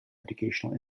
educational